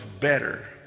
better